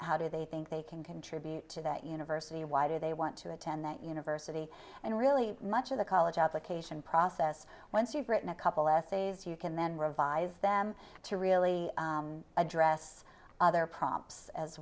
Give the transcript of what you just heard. how do they think they can contribute to that university why do they want to attend that university and really much of the college application process once you've written a couple essays you can then revise them to really address other prompts as